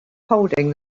holding